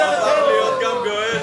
הוא הפך להיות גם גואל.